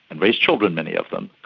and raise children many of them,